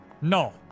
no